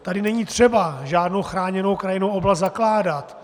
Tady není třeba žádnou chráněnou krajinnou oblast zakládat.